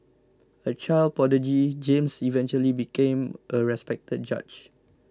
a child prodigy James eventually became a respected judge